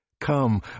Come